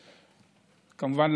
כמובן,